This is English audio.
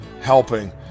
helping